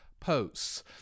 posts